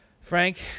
Frank